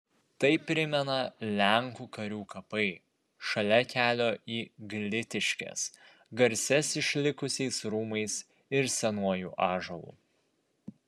tai primena lenkų karių kapai šalia kelio į glitiškes garsias išlikusiais rūmais ir senuoju ąžuolu